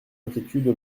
inquiétudes